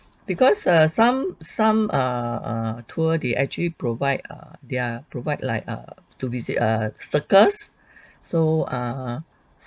because err some some err err tour they actually provide err they're provide like err to visit a circus so uh